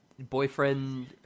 Boyfriend